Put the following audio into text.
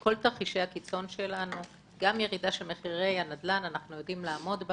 גם בירידה של מחירי הנדל"ן אנחנו יודעים לעמוד.